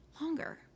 longer